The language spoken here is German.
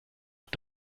und